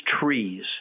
trees